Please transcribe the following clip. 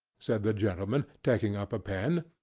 said the gentleman, taking up a pen,